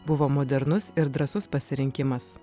buvo modernus ir drąsus pasirinkimas